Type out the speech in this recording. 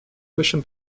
высшим